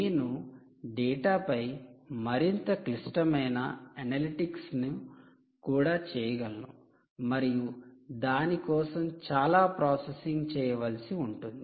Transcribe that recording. నేను డేటాపై మరింత క్లిష్టమైన అనలిటిక్స్ ను కూడా చేయగలను మరియు దాని కోసం చాలా ప్రాసెసింగ్ చేయవలసి ఉంటుంది